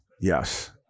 Yes